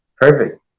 perfect